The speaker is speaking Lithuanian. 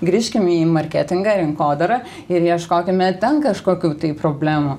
grįžkim į marketingą rinkodarą ir ieškokime ten kažkokių problemų